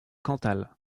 cantal